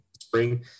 spring